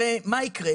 הרי מה יקרה?